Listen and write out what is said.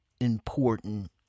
important